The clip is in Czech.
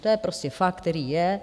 To je prostě fakt, který je.